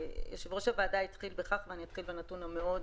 יושב-ראש הוועדה התחיל בכך וגם אני אחזור על הנתון המאוד